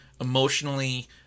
emotionally